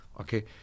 okay